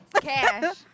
Cash